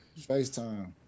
FaceTime